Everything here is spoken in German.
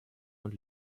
und